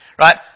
Right